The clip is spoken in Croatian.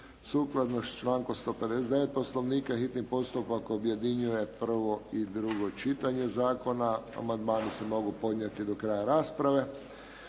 Sukladno s člankom 159. Poslovnika hitni postupak objedinjuje prvo i drugo čitanje zakona. Amandmani se mogu podnijeti do kraja rasprave.